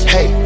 Hey